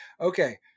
okay